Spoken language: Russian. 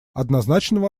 однозначного